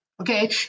Okay